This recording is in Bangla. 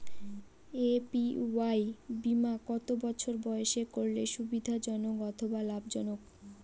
এ.পি.ওয়াই বীমা কত বছর বয়সে করলে সুবিধা জনক অথবা লাভজনক?